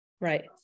Right